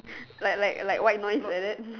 like like like white noise like that